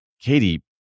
Katie